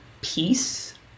peace